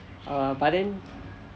err but then